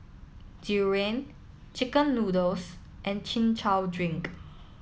durian Chicken Noodles and Chin Chow Drink